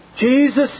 Jesus